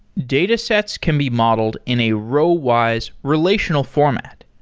datasets can be modeled in a rowwise relational format.